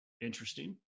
interesting